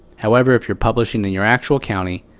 however, if you're publishing and your actual county,